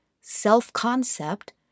self-concept